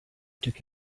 took